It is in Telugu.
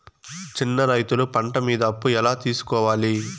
చిన్న రైతులు పంట మీద అప్పు ఎలా తీసుకోవాలి?